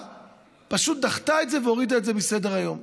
פשוט דחתה את זה והורידה את זה מסדר-היום.